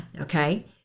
Okay